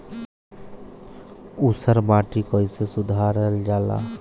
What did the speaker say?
ऊसर माटी कईसे सुधार जाला?